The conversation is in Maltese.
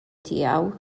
tiegħu